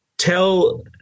tell